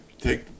take